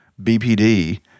BPD